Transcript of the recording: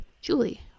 Julie